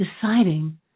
deciding